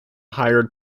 hired